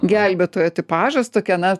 gelbėtojo tipažas tokia na